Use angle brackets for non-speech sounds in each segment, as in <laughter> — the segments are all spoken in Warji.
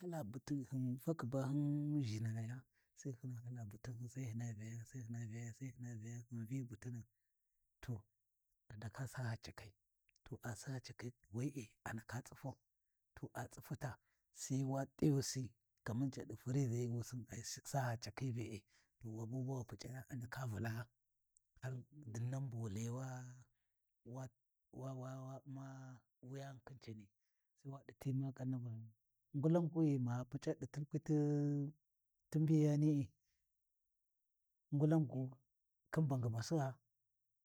Hyina hala butin hin fakhi ba hin ʒhinaya sai hina hala butin sai hina Vyaya Sai hina Vyaya sai hina Vyaya, hyin vyi butina to a ndaka sa hacakai to a si hacakai ɗi we’e a ndaka tsufau to a tsifuta sai wa t’ayusi kaman ca ɗi frizayi wusin ai sa hacakhi be’e ta wabu ba wu PuCa’aya a ndaka Vulaa, har dinnan bu wu layi wa u'ma wa-wa-wuyani khin cani, sai wa ɗati maƙanni Va, ngulan gu ghi ma Puc’a ɗi tilkwi ti mbiyani ngulangu khin bangimasi gha,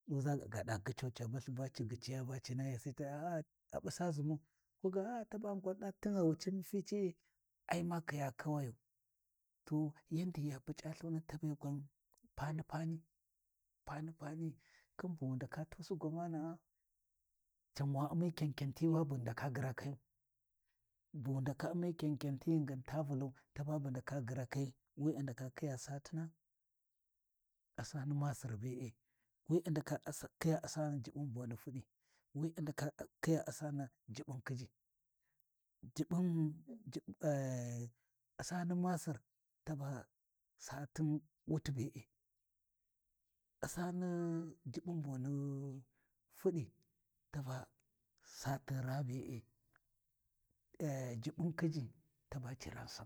ɗuʒa gaɗa gyicau ca balthi ba ci gyiciya ci nahiya sai ca ɗa a busa ʒinu koga a tabani gwan ɗa tin gha wu cimu fic’i ai ma khiya kawayu, to yandi ya Puc’a lthuni taba gwan pani-pani, pani-pani khin bu wu ndaka tusi gwamana’a, can wa U’mi khenkenti wa bu ndaka gyirakayu, bu wu ndaka u'mi kenkenti ghingin ta vulau taba bu ndaka gyirakhi, wi a ndaka khiya satina u'sani masir be'e. Wi a ndaka Khiya U’sani Juɓɓun boni fudi, wi a ndaka khiya U’sani Juɓɓun khiji <hesitation> U’sani masir taba satin wuti be’e, U’sani Jubbun boni fudi taba satin raa be’e, <hesitation> Juɓɓun khiji taba ciran sai.